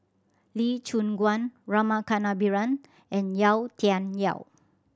Lee Choon Guan Rama Kannabiran and Yau Tian Yau